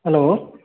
hello